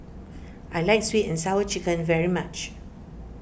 I like Sweet and Sour Chicken very much